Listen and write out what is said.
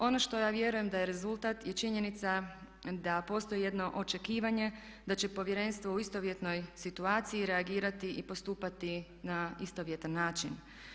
Ono što ja vjerujem da je rezultat je činjenica da postoji jedno očekivanje da će Povjerenstvo u istovjetnoj situaciji reagirati i postupati na istovjetan način.